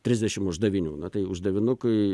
trisdešim uždavinių na tai uždavinukui